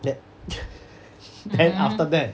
that then after that